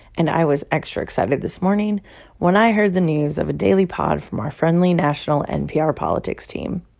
and i was extra excited this morning when i heard the news of a daily pod from our friendly national npr politics team.